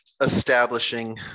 establishing